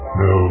no